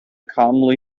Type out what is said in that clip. calmly